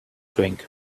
drink